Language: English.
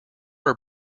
are